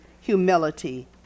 humility